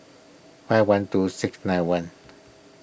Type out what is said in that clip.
five one two six nine one